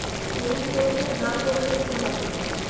ঋণ পরিশোধ না করলে কি হবে?